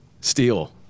steel